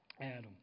Adam